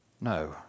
No